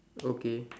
okay